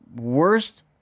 worst